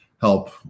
help